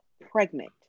pregnant